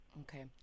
Okay